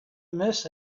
miss